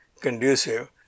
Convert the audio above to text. conducive